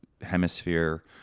hemisphere